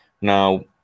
now